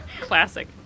Classic